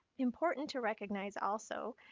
important to recognize also,